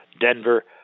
Denver